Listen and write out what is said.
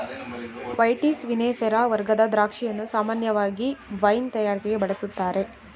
vitis vinifera ವರ್ಗದ ದ್ರಾಕ್ಷಿಯನ್ನು ಸಾಮಾನ್ಯವಾಗಿ ವೈನ್ ತಯಾರಿಕೆಗೆ ಬಳುಸ್ತಾರೆ